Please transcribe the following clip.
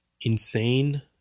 insane